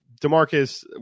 DeMarcus